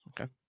Okay